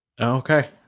Okay